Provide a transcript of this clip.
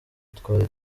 twari